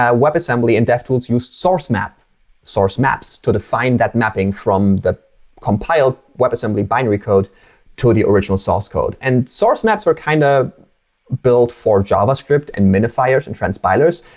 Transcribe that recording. ah webassembly and devtools used source map source maps to define that mapping from the compiled webassembly binary code to the original source code. and source maps were kind of built for javascript and minifiers and transpilers.